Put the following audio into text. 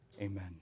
Amen